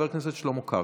חבר הכנסת שלמה קרעי,